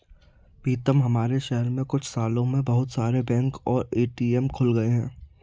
पीतम हमारे शहर में कुछ सालों में बहुत सारे बैंक और ए.टी.एम खुल गए हैं